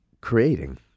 creating